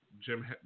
Jim